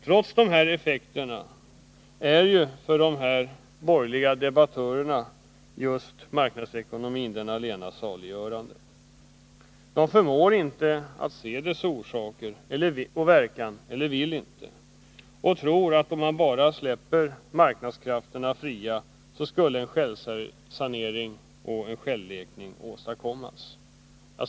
Trots dessa effekter är just marknadsekonomin det allena saliggörande för dessa borgerliga debattörer. De förmår inte, eller vill inte, se dess orsaker och verkan. De tror att om man bara släpper marknadskrafterna fria, skulle en självsanering och en självläkning åstadkommas.